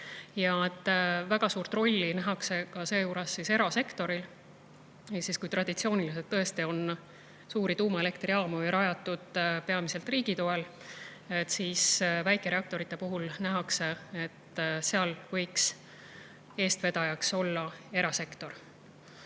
väga suurt rolli nähakse seejuures erasektoril. Kui traditsiooniliselt on suuri tuumaelektrijaamu rajatud peamiselt riigi toel, siis väikereaktorite puhul nähakse, et seal võiks eestvedaja olla erasektor. Jäätmete